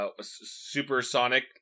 supersonic